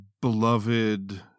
beloved